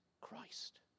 Christ